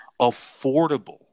affordable